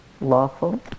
lawful